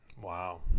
wow